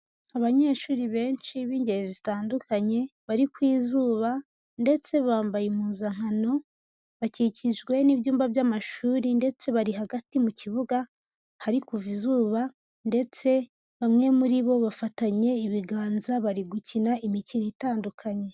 Abanyeshuri benshi b'ingeri zitandukanye, bari ku izuba ndetse bambaye impuzankano, bakikijwe n'ibyumba by'amashuri ndetse bari hagati mu kibuga, hari kuva izuba ndetse bamwe muri bo bafatanye ibiganza, bari gukina imikino itandukanye.